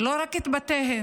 לא רק את בתיהם,